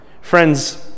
Friends